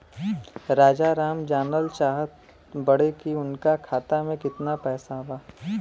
राजाराम जानल चाहत बड़े की उनका खाता में कितना पैसा बा?